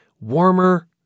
warmer